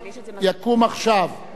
ההצבעה נסתיימה.